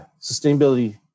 sustainability